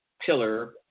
Pillar